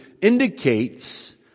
indicates